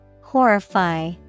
Horrify